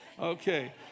Okay